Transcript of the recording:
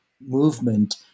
movement